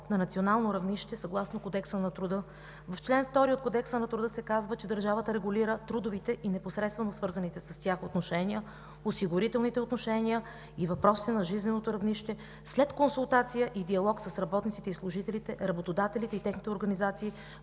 на национално равнище съгласно Кодекса на труда. В чл. 2 от Кодекса на труда се казва, че държавата регулира трудовите и непосредствено свързаните с тях отношения, осигурителните отношения и въпросите на жизненото равнище след консултация и диалог с работниците и служителите, работодателите и техните организации